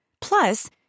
Plus